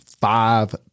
five